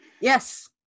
yes